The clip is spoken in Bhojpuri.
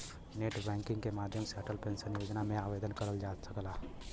नेटबैंकिग के माध्यम से अटल पेंशन योजना में आवेदन करल जा सकला